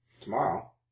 tomorrow